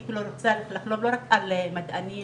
אני רוצה לדאוג לא רק למדענים,